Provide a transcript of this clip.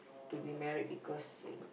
to be married because you know